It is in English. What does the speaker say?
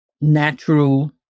natural